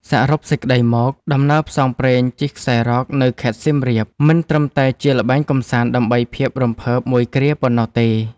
សរុបសេចក្ដីមក ដំណើរផ្សងព្រេងជិះខ្សែរ៉កនៅខេត្តសៀមរាប មិនត្រឹមតែជាល្បែងកម្សាន្តដើម្បីភាពរំភើបមួយគ្រាប៉ុណ្ណោះទេ។